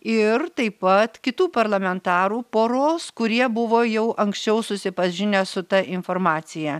ir taip pat kitų parlamentarų poros kurie buvo jau anksčiau susipažinę su ta informacija